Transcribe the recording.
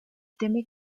teme